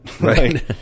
Right